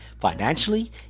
financially